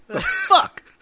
Fuck